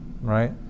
right